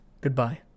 Goodbye